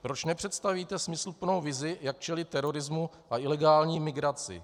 Proč nepředstavíte smysluplnou vizi, jak čelit terorismu a ilegální migraci?